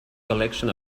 collection